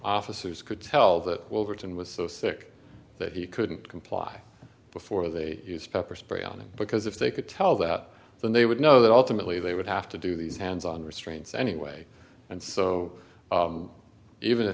officers could tell that well written was so sick that he couldn't comply before they used pepper spray on him because if they could tell that than they would know that ultimately they would have to do these hands on restraints anyway and so even